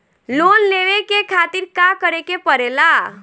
Loan लेवे के खातिर का करे के पड़ेला?